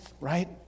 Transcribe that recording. right